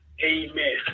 amen